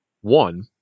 One